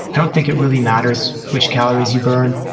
i don't think it really matters which calories you burn.